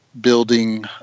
building